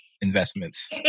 investments